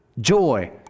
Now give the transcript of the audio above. Joy